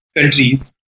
countries